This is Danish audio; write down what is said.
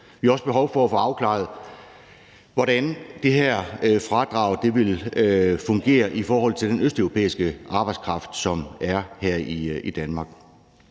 Vi har også behov for at få afklaret, hvordan det her fradrag vil fungere i forhold til den østeuropæiske arbejdskraft, som er her i Danmark.